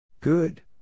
Good